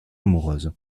amoureuse